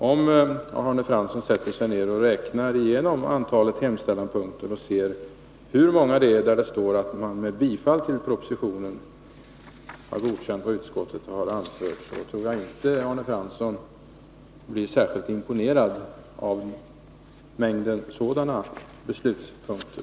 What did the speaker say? Om Arne Fransson sätter sig ned och räknar igenom antalet hemställanpunkter och ser efter på hur många man med bifall till propositionen har godkänt vad utskottet anfört, tror jag inte att Arne Fransson blir särskilt imponerad av mängden sådana beslutspunkter.